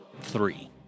Three